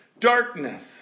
darkness